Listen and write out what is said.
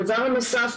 הדבר הנוסף,